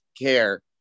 care